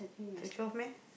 so twelve meh